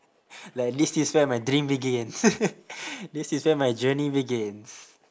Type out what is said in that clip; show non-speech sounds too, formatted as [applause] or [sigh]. like this is where my dream begins [laughs] this is where my journey begins